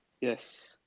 Yes